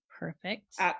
Perfect